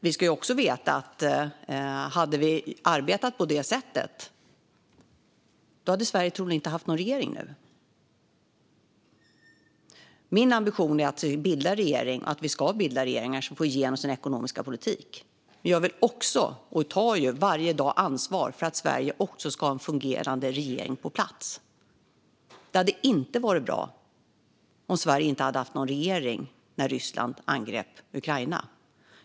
Vi ska dock veta att Sverige troligen inte hade haft någon regering just nu om vi hade arbetat på det sätt som Kristersson föreslår. Min ambition är att vi ska bilda regeringar som får igenom sin ekonomiska politik, men jag vill också ta - och tar varje dag - ansvar för att Sverige ska ha en fungerande regering på plats. Det hade inte varit bra om Sverige inte hade haft någon regering när Ryssland angrep Ukraina.